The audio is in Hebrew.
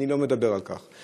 אני לא מדבר על כך,